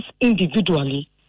individually